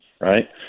right